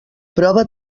prova